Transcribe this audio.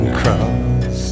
cross